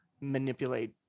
manipulate